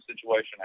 situation